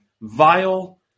vile